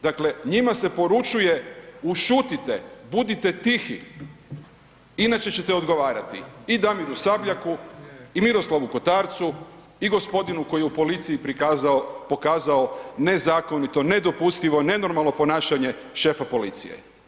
Dakle, njima se poručuje ušutite, budite tihi inače ćete odgovarati i Damiru Sabljaku i Miroslavu Kotarcu i gospodinu koji je u policiji pokazao nezakonito, nedopustivo, nenormalno ponašanje šefa policije.